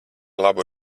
labu